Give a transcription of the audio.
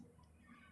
islam